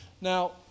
Now